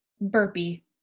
Burpee